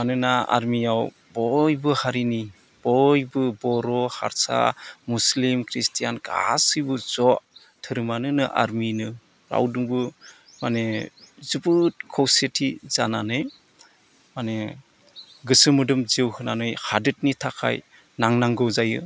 मानोना आर्मियाव बयबो हारिनि बयबो बर' हारसा मुस्लिम ख्रिस्तियान गासैबो ज' धोरोमानो आर्मिनो रावजोंबो माने जोबोद खौसेथि जानानै माने गोसो मोदोम जिउ होनानै हादोरनि थाखाय नांनांगौ जायो